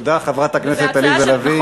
תודה, חברת הכנסת עליזה לביא.